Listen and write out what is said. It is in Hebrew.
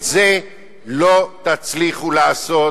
את זה לא תצליחו לעשות.